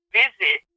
visit